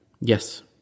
Yes